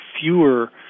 fewer